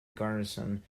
garrison